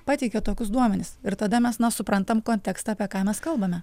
pateikia tokius duomenis ir tada mes na suprantam kontekstą apie ką mes kalbame